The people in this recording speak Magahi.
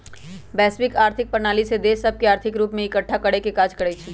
वैश्विक आर्थिक प्रणाली देश सभके आर्थिक रूप से एकठ्ठा करेके काज करइ छै